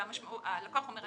הלקוח אומר,